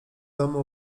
domu